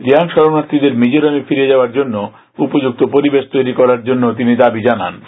রিয়াং শরণার্থীদের মিজোরামে ফিরে যাওয়ার জন্য উপযুক্ত পরিবেশ তৈরি করার জন্যও দাবি জানান তিনি